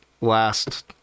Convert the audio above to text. last